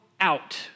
out